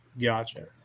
Gotcha